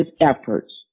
efforts